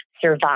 survive